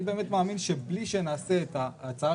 אני באמת מאמין שבלי שנעשה את ההצעה